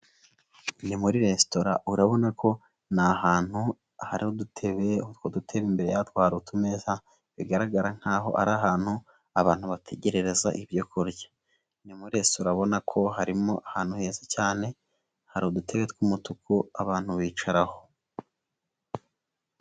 Ni muri resitora urabona ko, ni hantu hari udutebe, utwo dutebe imbere yatwo hari utumeza bigaragara nkaho ari ahantu, abantu bategerereza ibyo kurya. Ni muri resitora ubona ko harimo ahantu heza cyane. Hari udutebe tw'umutuku abantu bicaraho.